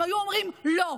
הם היו אומרים: לא.